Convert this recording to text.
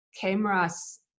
cameras